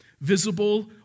visible